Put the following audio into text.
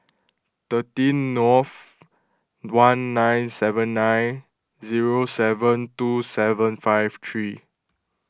thirteen Nov one nine seven nine zero seven two seven five three